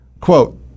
Quote